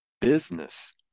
business